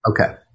Okay